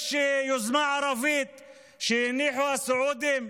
יש יוזמה ערבית שהניחו הסעודים.